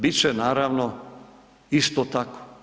Bit će naravno isto tako.